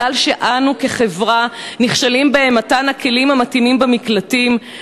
מפני שאנו כחברה נכשלים במתן הכלים המתאימים במקלטים,